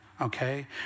okay